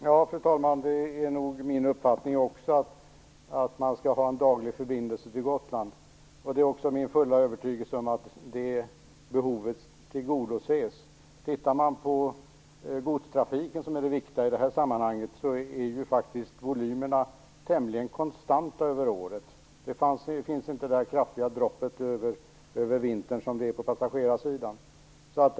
Fru talman! Det är nog även min uppfattning att det skall finnas en daglig förbindelse till Gotland. Det är också min övertygelse att det behovet tillgodoses. Tittar vi på godstrafiken, som är det viktiga i det här sammanhanget, är volymerna faktiskt tämligen konstanta över året. För godstrafiken finns inte samma kraftiga nedgång under vintern som för passagerartrafiken.